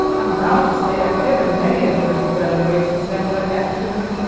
i'm bound to say i've given many a bit of bread away since that wet afternoon,